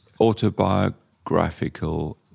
autobiographical